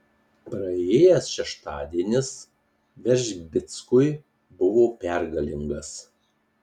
praėjęs šeštadienis veržbickui buvo pergalingas